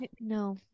No